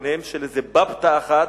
ביניהם של איזה בבתא אחת,